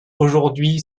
aujourd’hui